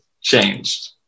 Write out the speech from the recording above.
changed